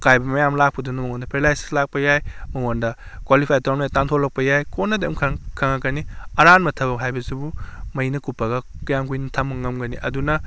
ꯑꯇꯥꯏꯕ ꯃꯌꯥꯝ ꯂꯥꯛꯄꯗꯨꯗ ꯃꯉꯣꯟꯗ ꯄꯦꯔꯂꯥꯏꯖ ꯂꯥꯛꯄ ꯌꯥꯏ ꯃꯉꯣꯟꯗ ꯀ꯭ꯋꯥꯂꯤꯐꯥꯏ ꯇꯧꯅꯉꯥꯏ ꯇꯥꯟꯊꯣꯛꯂꯛꯄ ꯌꯥꯏ ꯀꯣꯟꯅꯗꯤ ꯈꯪꯂꯛꯀꯅꯤ ꯑꯔꯥꯟꯕ ꯊꯕꯛ ꯍꯥꯏꯕꯁꯤꯕꯨ ꯃꯩꯅ ꯀꯨꯞꯄꯒ ꯀꯌꯥꯝ ꯀꯨꯏꯅ ꯊꯝꯕ ꯉꯝꯒꯒꯤ ꯑꯗꯨꯅ